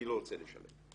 אני לא רוצה לשלם,